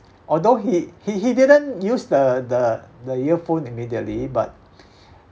although he he he didn't use the the the earphone immediately but